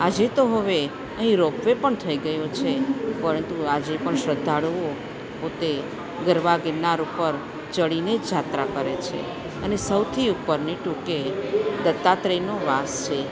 આજે તો હવે અહીં રોપવે પણ થઈ ગયું છે પરંતુ આજે પણ શ્રદ્ધાળુઓ પોતે ગરવા ગિરનાર ઉપર ચડીને જાત્રા કરે છે અને સૌથી ઉપરની ટૂકે દત્તાત્રેયનો વાસ છે